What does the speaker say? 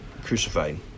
crucified